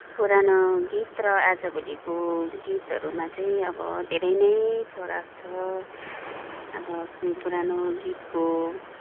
पुरानो गीत र आजभोलिको गीतहरूमा चाहिँ अब धेरै नै फरक छ अब पुरानो गीतको